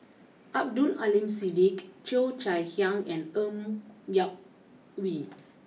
Abdul Aleem Siddique Cheo Chai Hiang and Ng Yak Whee